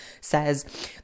says